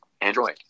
Android